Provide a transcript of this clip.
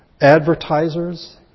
advertisers